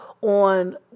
on